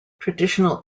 traditional